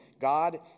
God